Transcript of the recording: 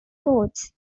codes